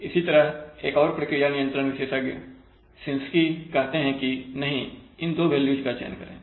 इसी तरह एक और प्रक्रिया नियंत्रण विशेषज्ञ Shinskey कहते हैं कि नहीं इन दो वैल्यूज का चयन करें